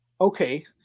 Okay